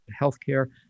healthcare